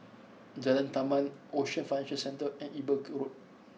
Jalan Taman Ocean Financial Centre and Eber Road